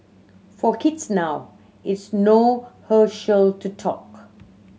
for kids now it's no Herschel no talk